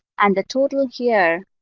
and the total here